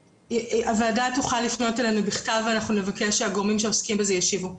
הוועדה תוכל לפנות אלינו בכתב ונבקש שהגורמים שעוסקים בזה ישיבו.